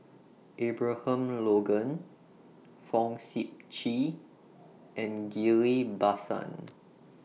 Abraham Logan Fong Sip Chee and Ghillie BaSan